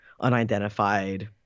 unidentified